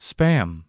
Spam